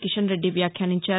కిషన్రెడ్డి వ్యాఖ్యానించారు